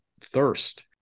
thirst